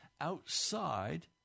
outside